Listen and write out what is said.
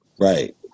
Right